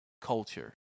culture